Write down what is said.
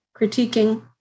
critiquing